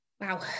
Wow